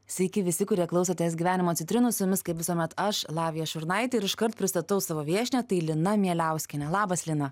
sveiki visi kurie klausotės gyvenimo citrinų su jumis kaip visuomet aš lavija šurnaitė ir iškart pristatau savo viešnią tai lina mieliauskienė labas lina